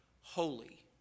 holy